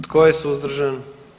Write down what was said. Tko je suzdržan?